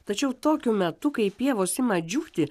tačiau tokiu metu kai pievos ima džiūti